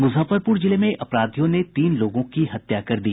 मुजफ्फरपुर जिले में अपराधियों ने तीन लोगों की हत्या कर दी